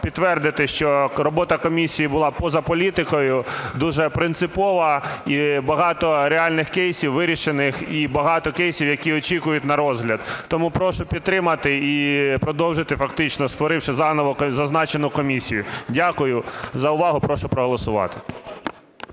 підтвердити, що робота комісії була поза політикою, дуже принципова, і багато реальних кейсів вирішених, і багато кейсів, які очікують на розгляд. Тому прошу підтримати і продовжити, фактично створивши заново, зазначену комісію. Дякую за увагу. Прошу проголосувати.